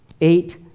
Eight